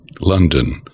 London